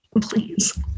please